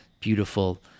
beautiful